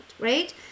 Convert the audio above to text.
right